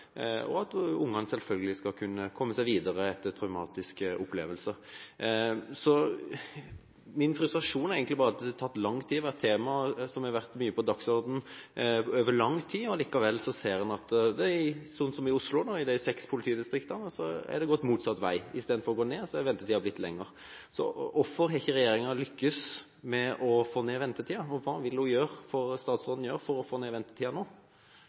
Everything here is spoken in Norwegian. og at ungene selvfølgelig skal kunne komme seg videre etter traumatiske opplevelser. Min frustrasjon dreier seg egentlig bare om at det har tatt lang tid. Dette er et tema som over tid har vært mye på dagsordenen. Allikevel ser en at det i noen politidistrikter, f.eks. i Oslo, har gått motsatt vei. Istedenfor at ventetiden har gått ned, har den blitt lenger. Hvorfor har ikke regjeringen lyktes med å få ned ventetiden? Hva vil statsråden gjøre for å få ned